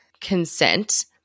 consent